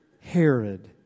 Herod